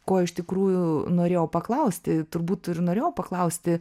ko iš tikrųjų norėjau paklausti turbūt ir norėjau paklausti